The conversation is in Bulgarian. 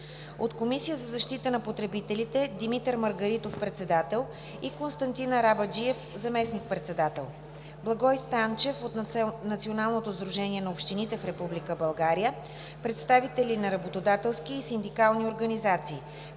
от Комисията за защита на потребителите – Димитър Маргаритов – председател, и Константин Арабаджиев – заместник-председател; Благой Станчев от Националното сдружение на общините в Република България; представители на работодателски и синдикални организации;